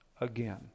again